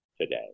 today